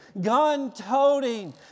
gun-toting